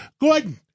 Gordon